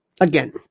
Again